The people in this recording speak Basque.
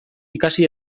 ikasi